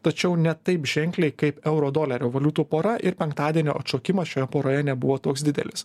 tačiau ne taip ženkliai kaip euro dolerio valiutų pora ir penktadienio atšokimas šioje poroje nebuvo toks didelis